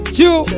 two